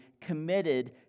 committed